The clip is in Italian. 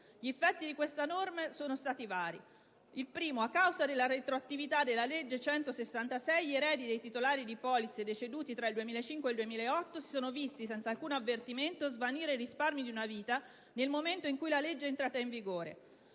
Gli effetti di queste norme sono stati vari. In primo luogo, a causa della retroattività della legge n. 166 del 2008 gli eredi dei titolari di polizze deceduti tra il 2005 e il 2008 hanno visto svanire senza alcun avvertimento i risparmi di una vita nel momento in cui la legge è entrata in vigore.